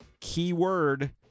Keyword